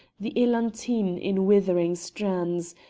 the eglantine in withering strands,